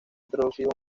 introducido